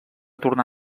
tornar